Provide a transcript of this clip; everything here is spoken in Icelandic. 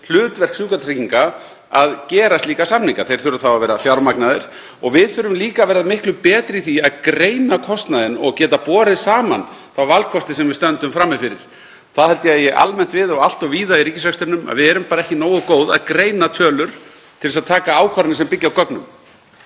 hlutverk Sjúkratrygginga að gera slíka samninga, en þeir þurfa þá að vera fjármagnaðir. Við þurfum líka að vera miklu betri í því að greina kostnaðinn og geta borið saman valkosti sem við stöndum frammi fyrir. Það held ég að eigi almennt við og allt of víða í ríkisrekstrinum að við erum bara ekki nógu góð að greina tölur til þess að taka ákvarðanir sem byggja á gögnum.